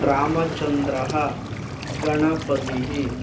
रामचन्द्रः गणपतिः